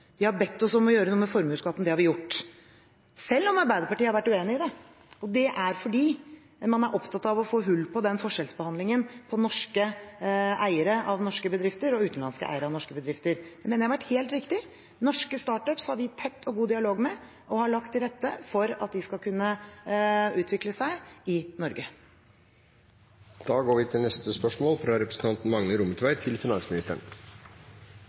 De har bedt oss om å gjøre noe med formuesskatten. Det har vi gjort, selv om Arbeiderpartiet har vært uenig i det, og det er fordi vi er opptatt av å få hull på den forskjellsbehandlingen av norske eiere av norske bedrifter og utenlandske eiere av norske bedrifter. Det mener jeg har vært helt riktig. Norske «startups» har vi tett og god dialog med, og vi har lagt til rette for at de skal kunne utvikle seg i Norge.